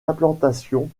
implantation